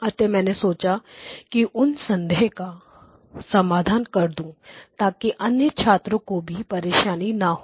अतः मैंने सोचा कि उन संदेह का समाधान कर दूं ताकि अन्य छात्रों को भी परेशानी ना हो